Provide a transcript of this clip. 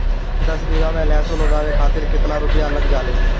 दस बीघा में लहसुन उगावे खातिर केतना रुपया लग जाले?